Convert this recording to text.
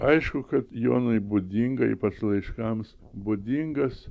aišku kad jonui būdinga ypač laiškams būdingas